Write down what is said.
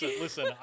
listen